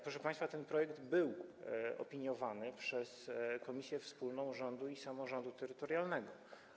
Proszę państwa, ten projekt był opiniowany przez Komisję Wspólną Rządu i Samorządu Terytorialnego.